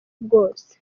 bwose